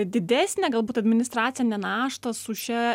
didesnę galbūt administracinę naštą su šia